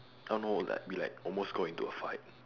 I don't know like we like almost got into a fight